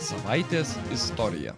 savaitės istorija